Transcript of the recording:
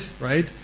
right